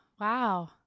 Wow